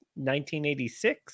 1986